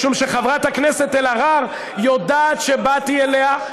משום שחברת הכנסת אלהרר יודעת שבאתי אליה,